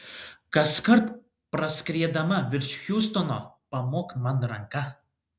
kaskart praskriedama virš hjustono pamok man ranka